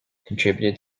contributed